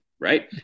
Right